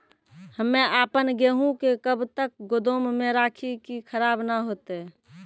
हम्मे आपन गेहूँ के कब तक गोदाम मे राखी कि खराब न हते?